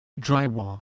Drywall